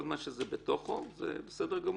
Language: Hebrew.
כל זמן שזה בתוך הזמן זה בסדר גמור.